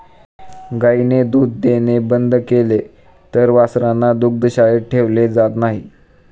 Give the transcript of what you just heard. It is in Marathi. गायीने दूध देणे बंद केले तर वासरांना दुग्धशाळेत ठेवले जात नाही